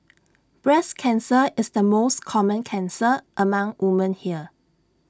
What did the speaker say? breast cancer is the most common cancer among women here